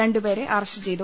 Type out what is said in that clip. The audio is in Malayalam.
രണ്ടുപേരെ അറസ്റ്റ് ചെയ്തു